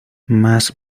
más